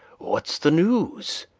what's the news?